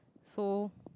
so